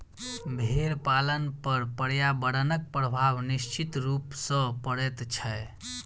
भेंड़ पालन पर पर्यावरणक प्रभाव निश्चित रूप सॅ पड़ैत छै